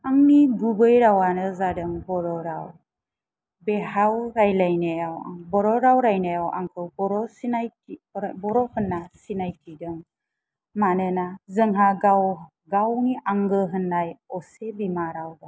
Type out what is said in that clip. आंनि गुबै रावानो जादों बर' राव बेहाय रायज्लायनायाव आं बर' राव रायनायाव आंखौ सिनायथि बर' होनना सिनायथिदों मानोना जोंहा गाव गावनि आंगो होननाय असे बिमा राव दं